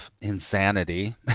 insanity